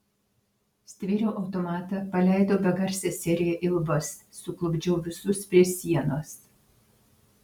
stvėriau automatą paleidau begarsę seriją į lubas suklupdžiau visus prie sienos